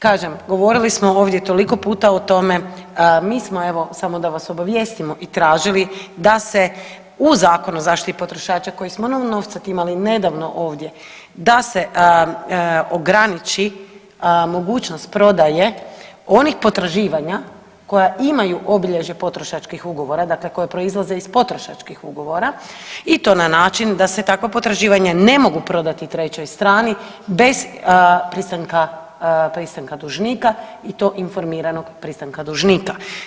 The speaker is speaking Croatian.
Kažem, govorili smo ovdje toliko puta o tome, mi smo evo samo da vas obavijestimo i tražili da se u Zakonu o zaštiti potrošača koji smo nov novcat imali nedavno ovdje, da se ograniči mogućnost prodaje onih potraživanja koja imaju obilježje potrošačkih ugovora, dakle koje proizlaze iz potrošačkih ugovora i to na način da se takva potraživanja ne mogu prodati trećoj strani bez pristanka, pristanka dužnika i to informiranog pristanka dužnika.